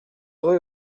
rue